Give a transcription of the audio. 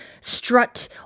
strut